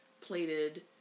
plated